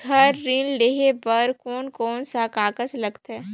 घर ऋण लेहे बार कोन कोन सा कागज लगथे?